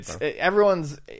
everyone's